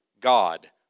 God